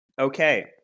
Okay